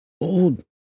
old